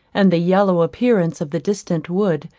and the yellow appearance of the distant wood,